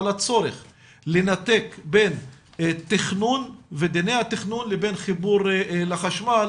על הצורך לנתק בין תכנון ודיני התכנון לבין חיבור לחשמל.